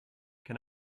can